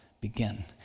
begin